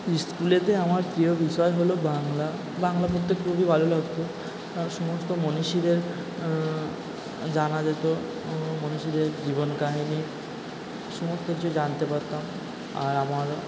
স্কুলেতে আমার প্রিয় বিষয় হলো বাংলা বাংলা পড়তে খুবই ভালো লাগতো আর সমস্ত মনীষিদের জানা যেতো মনীষিদের জীবন কাহিনি সমস্ত কিছু জানতে পারতাম আর আমারও